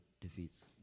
defeats